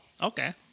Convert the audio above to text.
okay